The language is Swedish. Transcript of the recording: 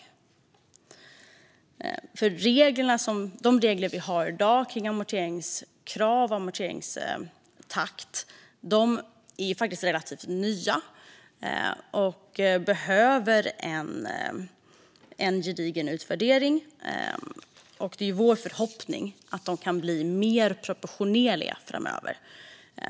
Dagens regler kring amorteringskrav och amorteringstakt är relativt nya och behöver en gedigen utvärdering. Vår förhoppning är att de kan bli mer proportionerliga framöver.